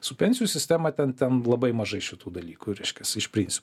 su pensijų sistema ten ten labai mažai šitų dalykų reiškias iš principo